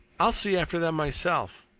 i'll see after them myself.